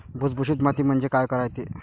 भुसभुशीत माती म्हणजे काय रायते?